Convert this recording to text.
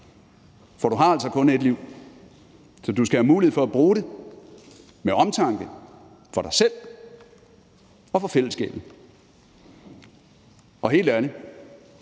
For du har altså kun et liv, så du skal have mulighed for at bruge det med omtanke for dig selv og for fællesskabet. Og helt ærlig,